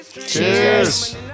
Cheers